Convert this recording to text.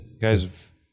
Guys